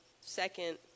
second